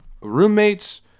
Roommates